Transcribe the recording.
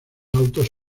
autos